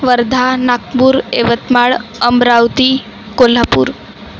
Wardha Nagpur Yavatmal Amravati Kolhapur